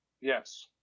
Yes